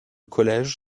collège